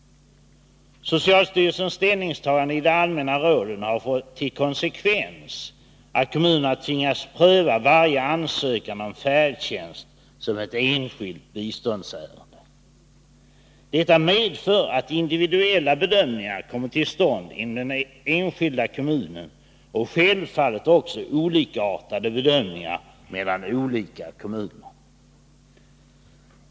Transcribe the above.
Socialstyrelsens ställningstagande i de allmänna råden har fått till konsekvens att kommunerna tvingas pröva varje ansökan om färdtjänst som ett enskilt biståndsärende. Detta medför att individuella bedömningar görs inom den enskilda kommunen, och självfallet görs också olikartade bedömningar mellan olika kommuner.